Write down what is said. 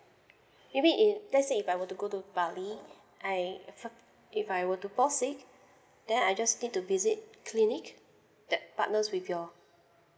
maybe it let's say if I were to go to bali I if I were to fall sick then I just need to visit clinic that partners with your